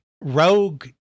rogue